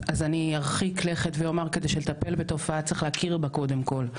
אז אני ארחיק לכת ואומר שכדי לטפל בתופעה צריך להכיר בה קודם כל.